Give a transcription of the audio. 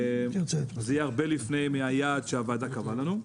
זה יהיה הרבה לפני היעד שהוועדה קבעה לנו.